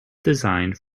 designed